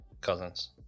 cousins